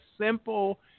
simple